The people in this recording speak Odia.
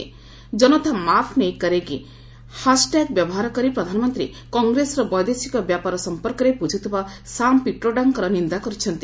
'ଜନତା ମାଫ୍ ନେହିଁ କରେଗି' ହାସ୍ଟ୍ୟାଗ୍ ବ୍ୟବହାର କରି ପ୍ରଧାନମନ୍ତ୍ରୀ କଂଗ୍ରେସର ବୈଦେଶିକ ନୀତି ସମ୍ପର୍କରେ ବୁଝୁଥିବା ସାମ୍ ପିଟ୍ରୋଡାଙ୍କର ନିନ୍ଦା କରିଛନ୍ତି